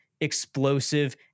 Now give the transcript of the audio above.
explosive